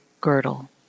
girdle